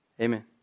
Amen